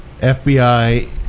FBI